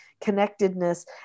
connectedness